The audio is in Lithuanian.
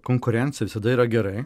konkurencija visada yra gerai